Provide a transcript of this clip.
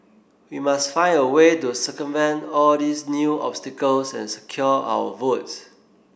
we must find a way to circumvent all these new obstacles and secure our votes